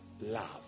love